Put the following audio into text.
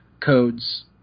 codes